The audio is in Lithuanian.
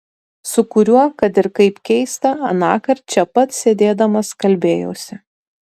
su kuriuo kad ir kaip keista anąkart čia pat sėdėdamas kalbėjausi